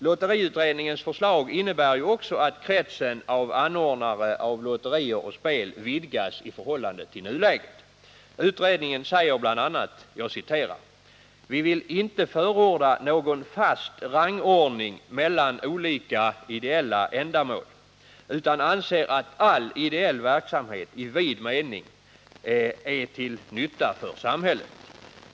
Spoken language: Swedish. Lotteriutredningens förslag innebär ju också att kretsen av anordnare av lotterier och spel vidgas i förhållande till nuläget. Utredningen säger bl.a.: ”Vi vill inte förorda någon fast rangordning mellan olika ideella ändamål utan anser att all ideell verksamhet i vid mening är till nytta för samhället.